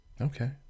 Okay